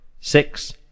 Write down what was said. six